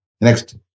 Next